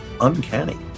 uncanny